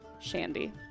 Shandy